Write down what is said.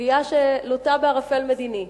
כסוגיה שלוטה בערפל מדיני,